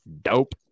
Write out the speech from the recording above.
dope